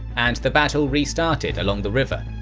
and the battle restarted along the river.